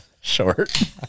short